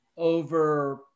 over